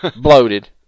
Bloated